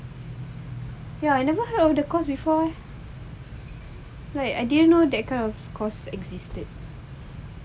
ya I never heard of the course before eh like I didn't know that kind of course existed